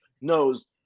knows